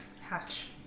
Hatch